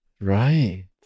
Right